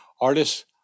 Artists